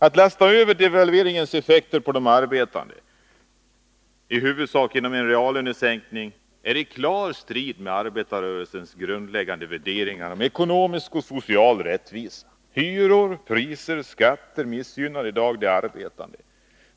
Att lasta över devalveringens effekter på de arbetande —i huvudsak genom en reallönesänkning — är i klar strid med arbetarrörelsens grundläggande värderingar i fråga om ekonomisk och social rättvisa. Hyror, priser och skatter missgynnar i dag de arbetande.